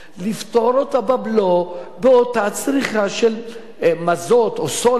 לפטור אותה בבלו באותה צריכה של מזוט או סולר,